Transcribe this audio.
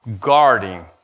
guarding